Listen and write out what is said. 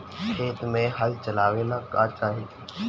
खेत मे हल चलावेला का चाही?